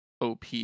op